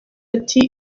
ati